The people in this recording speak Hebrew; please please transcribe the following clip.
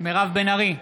מירב בן ארי,